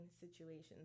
situations